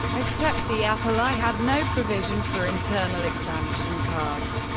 except the apple i had no provision for internal expansion cards.